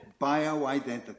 bioidentical